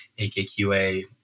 AKQA